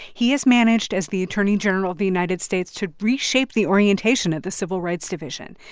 he has managed, as the attorney general of the united states, to reshape the orientation of the civil rights division.